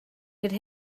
could